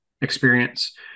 experience